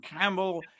Campbell